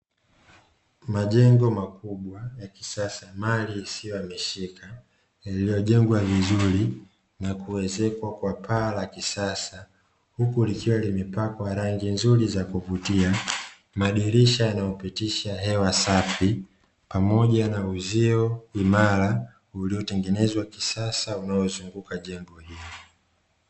Majengo makubwa ya kisasa mali isiyo ya mishika yaliyojengwa vizuri na kuwezekwa kwa paa la kisasa, huku likiwa limepakwa rangi nzuri za kuvutia, madirisha yanayopitisha hewa safi, pamoja na uzio imara uliotengenezwa kisasa unaozunguka jengo hilo.